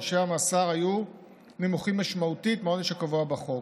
עונשי המאסר היו נמוכים משמעותית מהעונש הקבוע בחוק.